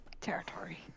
territory